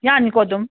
ꯌꯥꯅꯤꯀꯣ ꯑꯗꯨꯝ